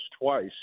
twice